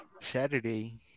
Saturday